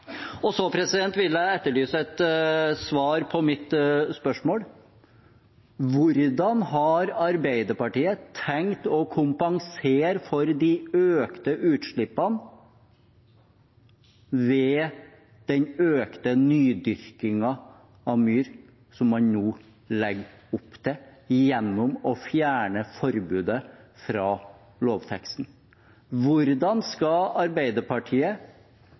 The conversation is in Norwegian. Og så vil jeg etterlyse et svar på mitt spørsmål: Hvordan har Arbeiderpartiet tenkt å kompensere for de økte utslippene ved den økte nydyrkingen av myr som man nå legger opp til gjennom å fjerne forbudet fra lovteksten? Hvordan skal Arbeiderpartiet